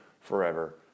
forever